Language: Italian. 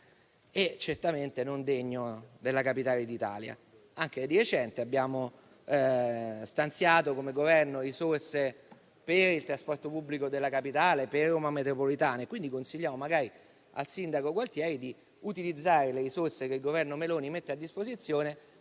certamente non degno della capitale d'Italia. Di recente abbiamo stanziato, come Governo, risorse per il trasporto pubblico della Capitale, per Roma Metropolitane, quindi consigliamo magari al sindaco Gualtieri di utilizzare le risorse che il Governo Meloni mette a disposizione